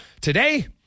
today